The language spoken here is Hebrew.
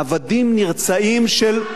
עבדים נרצעים של,